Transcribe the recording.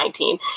2019